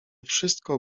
wszystko